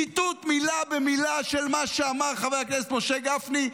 ציטוט מילה במילה של מה שאמר חבר הכנסת משה גפני,